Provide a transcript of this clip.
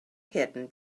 hidden